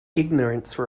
ignorance